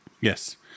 Yes